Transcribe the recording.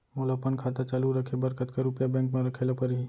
मोला अपन खाता चालू रखे बर कतका रुपिया बैंक म रखे ला परही?